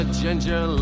ginger